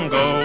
go